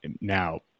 Now